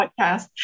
podcast